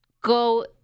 Go